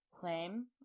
claim